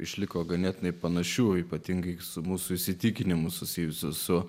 išliko ganėtinai panašių ypatingai su mūsų įsitikinimų susijusių su